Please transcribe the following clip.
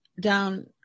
down